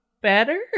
Better